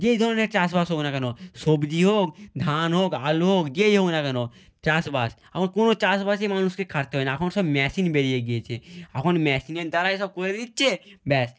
যেই ধরনের চাষ বাস হোক না কেন সবজি হোক ধান হোক আলু হোক যেই হোক না কেন চাষ বাস এখন কোনো চাষ বাসই মানুষকে খাটতে হয় না এখন সব মেশিন বেরিয়ে গিয়েছে এখন মেশিনের দ্বারাই সব করে দিচ্ছে ব্যাস